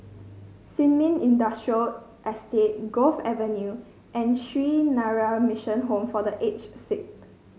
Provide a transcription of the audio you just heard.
Sin Ming Industrial Estate Grove Avenue and Sree Narayana Mission Home for The Aged Sick